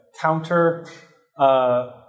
counter